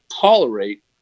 tolerate